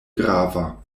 grava